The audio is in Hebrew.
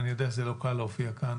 אני יודע שזה לא קל להופיע כאן